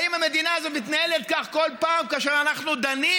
האם המדינה הזאת מנהלת כך כל פעם כאשר אנחנו דנים